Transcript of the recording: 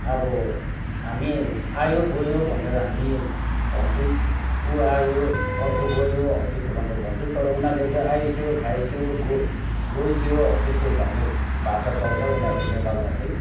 अब हामी आयो गयो भनेर हामी भन्छौँ उ आयो अर्को गयो हौ त्यस्तो भनेर भन्छौँ तर उनीहरूले चाहिँ आइस्यो खाइस्यो गो गइस्यो हौ त्यस्तो भन्ने भाषा चल्छ उनीहरूको नेपालमा चाहिँ